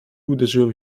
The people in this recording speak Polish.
uderzyłem